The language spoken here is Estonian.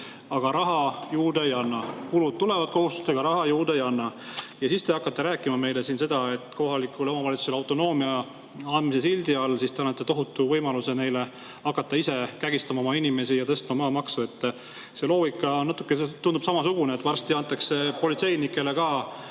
aga raha juurde ei anna. Kulud tulevad kohustustega, aga raha juurde ei anta. Aga teie hakkate rääkima meile siin seda, et kohalikele omavalitsustele autonoomia andmise sildi all te annate tohutu võimaluse neile hakata ise kägistama oma inimesi ja tõstma maamaksu. See loogika natukene tundub samasugune, et varsti antakse politseinikele ka